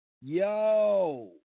Yo